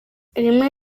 rimwe